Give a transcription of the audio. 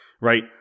right